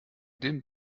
den